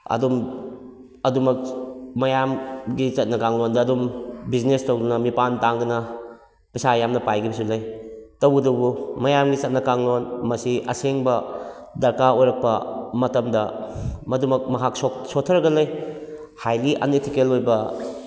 ꯑꯗꯨꯝ ꯑꯗꯨꯃꯛ ꯃꯌꯥꯝꯒꯤ ꯆꯠꯅ ꯀꯥꯡꯂꯣꯟꯗ ꯑꯗꯨꯝ ꯕꯤꯖꯤꯅꯦꯁ ꯇꯧꯗꯨꯅ ꯃꯤꯄꯥꯟ ꯇꯥꯡꯗꯅ ꯄꯩꯁꯥ ꯌꯥꯝꯅ ꯄꯥꯏꯈꯤꯕꯁꯨ ꯂꯩ ꯇꯧꯕꯇꯕꯨ ꯃꯌꯥꯝꯒꯤ ꯆꯠꯅ ꯀꯥꯡꯂꯣꯟ ꯃꯁꯤ ꯑꯁꯦꯡꯕ ꯗꯔꯀꯥꯔ ꯑꯣꯏꯔꯛꯄꯥ ꯃꯇꯝꯗ ꯃꯗꯨꯃꯛ ꯃꯍꯥꯛ ꯁꯣꯠꯊꯔꯒ ꯂꯩ ꯍꯥꯏꯂꯤ ꯑꯟ ꯏꯊꯤꯀꯦꯜ ꯑꯣꯏꯕ